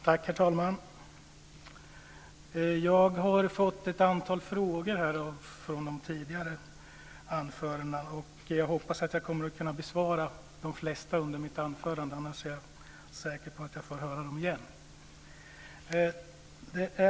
Herr talman! Jag har fått ett antal frågor i de tidigare anförandena. Jag hoppas att jag kommer att kunna besvara de flesta under mitt anförande. Annars är jag säker på att jag får höra dem igen.